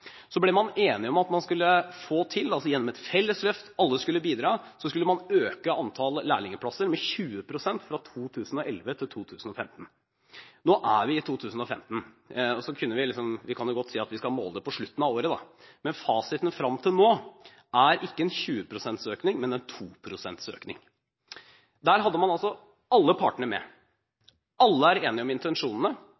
ble enige om at man gjennom et felles løft – alle skulle bidra – skulle øke antall lærlingplasser med 20 pst. fra 2011 til 2015. Nå er vi i 2015. Vi kan godt si at vi skal måle dette på slutten av året, men fasiten frem til nå er ikke en 20 pst.-økning, men en 2 pst.-økning. Man hadde altså alle partene med – alle var enige om intensjonene.